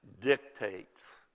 Dictates